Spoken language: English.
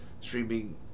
streaming